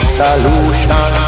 solution